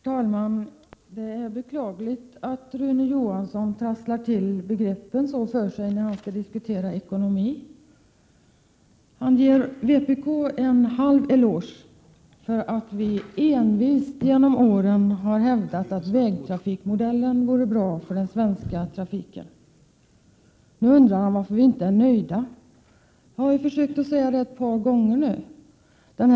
Herr talman! Det är beklagligt att Rune Johansson trasslar till begreppen för sig när han skall diskutera ekonomi. Han ger vpk en halv eloge för att vi envist genom åren har hävdat att vägtrafikmodellen vore bra för den svenska trafiken. Men så undrar han varför vi inte nu är nöjda. Jag har försökt förklara det ett par gånger i den här debatten.